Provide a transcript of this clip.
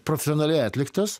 profesionaliai atliktas